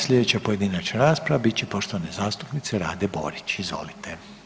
Slijedeća pojedinačna rasprava bit će poštovane zastupnice Rade Borić, izvolite.